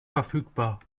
verfügbar